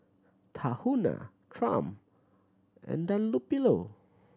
Tahuna Triumph and Dunlopillo